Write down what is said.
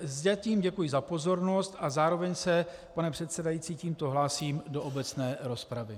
Zatím děkuji za pozornost a zároveň se, pane předsedající, tímto hlásím do obecné rozpravy.